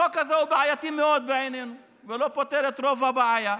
החוק הזה הוא בעייתי מאוד בעינינו ולא פותר את רוב הבעיה.